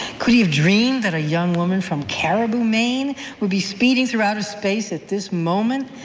could he have dreamed that a young woman from caribou, maine would be speeding through outer space at this moment,